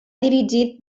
dirigit